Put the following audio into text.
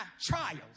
trials